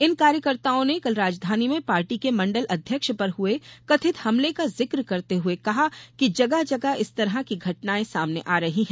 इन कार्यकर्ताओं ने कल राजधानी में पार्टी के मंडल अध्यक्ष पर हए कथित हमले का जिक करते हए कहा कि जगह जगह इस तरह की घटनायें सामने आ रही हैं